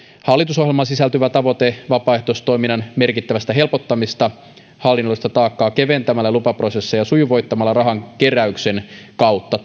hallitusohjelmaan sisältyvä tavoite vapaaehtoistoiminnan merkittävästä helpottamisesta hallinnollista taakkaa keventämällä ja lupaprosesseja sujuvoittamalla rahankeräyksen kautta